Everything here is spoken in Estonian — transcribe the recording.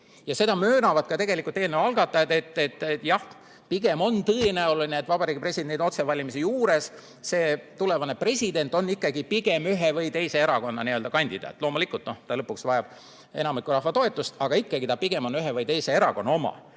Seda möönavad ka eelnõu algatajad, et jah, on tõenäoline, et Vabariigi Presidendi otsevalimise korral on tulevane president ikkagi pigem ühe või teise erakonna kandidaat. Loomulikult, ta lõpuks vajab enamiku rahva toetust, aga ikkagi on ta pigem ühe või teise erakonna oma.